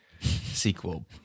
Sequel